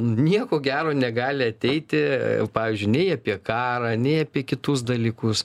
nieko gero negali ateiti pavyzdžiui nei apie karą nei apie kitus dalykus